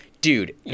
dude